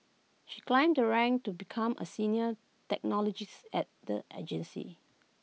she climbed the ranks to become A senior technologist at the agency